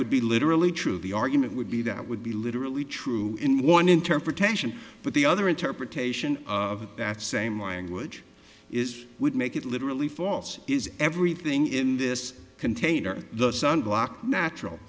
would be literally true the argument would be that would be literally true in one interpretation but the other interpretation of that same language is would make it literally false is everything in this container the sun block natural